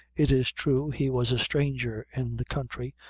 it is true he was a stranger in the country,